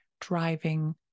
driving